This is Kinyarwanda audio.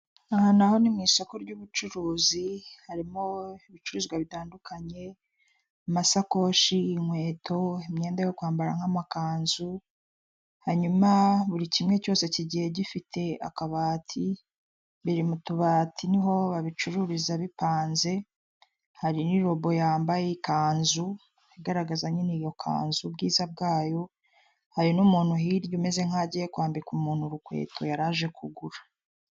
Isoko rifite ibicuruzwa bitandukanye by'imitako yakorewe mu Rwanda, harimo uduseke twinshi n'imitako yo mu ijosi, n'imitako yo kumanika mu nzu harimo n'ibibumbano bigiye bitandukanye n'udutebo.